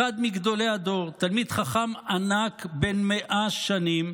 אחד מגדולי הדור, תלמיד חכם ענק בן 100 שנים,